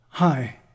Hi